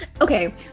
Okay